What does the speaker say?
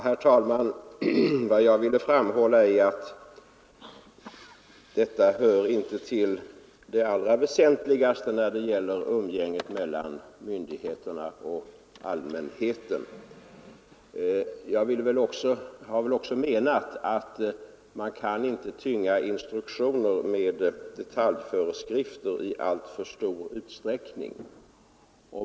Herr talman! Vad jag ville framhålla är att detta inte hör till det allra väsentligaste när det gäller umgänget mellan myndigheterna och allmänheten. Jag har också menat att man inte kan tynga instruktioner med detaljföreskrifter i alltför stor utsträckning.